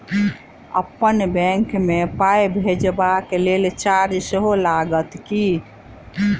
अप्पन बैंक मे पाई भेजबाक लेल चार्ज सेहो लागत की?